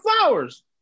flowers